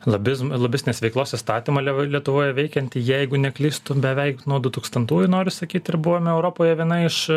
lobizmo lobistinės veiklos įstatymą lev lietuvoje veikianti jeigu neklystu beveik nuo du tūkstantųjų noriu sakyt ir buvome europoje viena iš